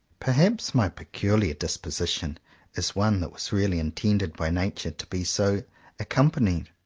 perhaps my peculiar disposition is one that was really intended by nature to be so accompanied.